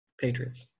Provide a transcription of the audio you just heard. Patriots